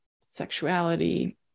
sexuality